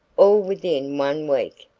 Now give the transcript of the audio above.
all within one week,